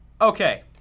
Okay